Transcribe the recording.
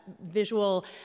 visual